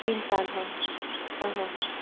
तीन साल हाँ हाँ हाँ हाँ